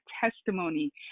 testimony